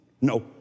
No